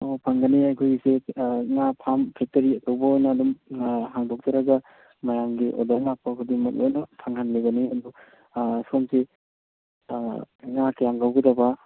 ꯑꯣ ꯐꯪꯒꯅꯤ ꯑꯩꯈꯣꯏꯒꯤꯁꯦ ꯉꯥ ꯐꯥꯝ ꯐꯦꯛꯇꯔꯤ ꯑꯆꯧꯕ ꯑꯣꯏꯅ ꯑꯗꯨꯝ ꯍꯥꯡꯗꯣꯛꯆꯔꯒ ꯃꯌꯥꯝꯒꯤ ꯑꯣꯔꯗꯔ ꯂꯥꯛꯄ ꯈꯨꯗꯤꯡꯃꯛ ꯂꯣꯏꯅ ꯐꯪꯍꯟꯒꯅꯤ ꯑꯗꯣ ꯁꯣꯝꯁꯦ ꯉꯥ ꯀꯌꯥꯝ ꯂꯧꯕꯤꯗꯧꯕ